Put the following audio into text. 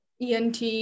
ENT